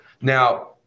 now